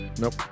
Nope